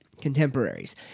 contemporaries